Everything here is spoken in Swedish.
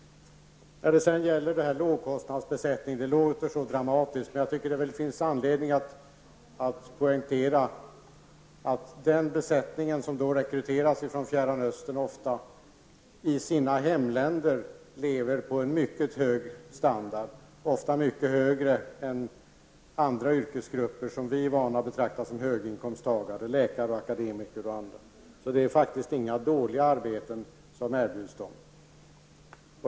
Det låter så dramatiskt med lågkostnadsbesättning. Jag tycker att det finns anledning att poängtera att den besättning som rekryteras från Fjärran Östern ofta i sina hemländer lever på en mycket hög standard, ofta mycket högre än andra yrkesgrupper som vi är vana att betrakta som höginkomsttagare, som läkare, akademiker osv. Det är faktiskt inga dåliga arbeten som erbjuds dem.